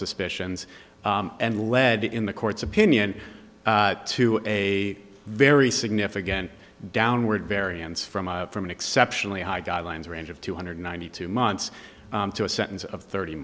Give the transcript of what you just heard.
suspicions and led in the court's opinion to a very significant downward variance from from an exceptionally high guidelines range of two hundred ninety two months to a sentence of thirty